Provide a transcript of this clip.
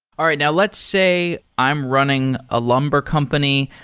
all right. now, let's say i'm running a lumber company.